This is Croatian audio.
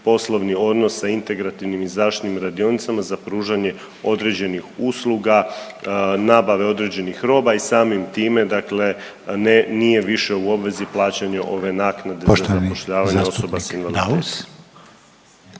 poslovni odnos sa integrativnim i zaštitnim radionicama za pružanje određenih usluga, nabave određenih roba i samim time dakle ne, nije više u obvezi plaćanja ove naknade za zapošljavanje osoba s invaliditetom.